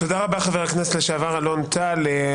תודה רבה, חבר הכנסת לשעבר אלון טל.